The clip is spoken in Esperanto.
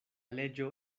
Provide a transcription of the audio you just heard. leĝo